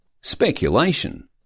Speculation